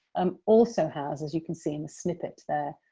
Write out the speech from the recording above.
um also has, as you can see in the snippet there,